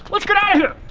let's get out of here!